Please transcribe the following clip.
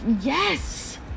Yes